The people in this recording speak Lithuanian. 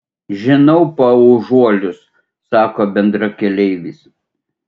žinau paužuolius sako bendrakeleivis